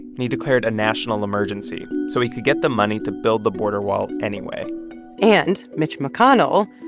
and he declared a national emergency so he could get the money to build the border wall anyway and mitch mcconnell,